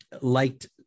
liked